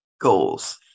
goals